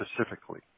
specifically